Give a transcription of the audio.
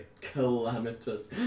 calamitous